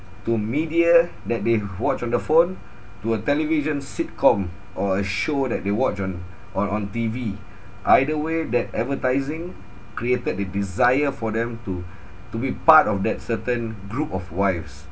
to media that they watch on the phone to a television sitcom or a show that they watch on on on T_V either way that advertising created that desire for them to to be part of that certain group of wives